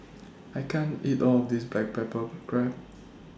I can't eat All of This Black Pepper Crab